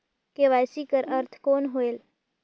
KYC कर अर्थ कौन होएल?